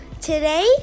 Today